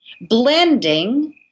blending